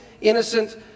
innocent